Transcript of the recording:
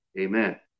Amen